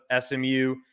SMU